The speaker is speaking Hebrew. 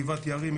גבעת יערים,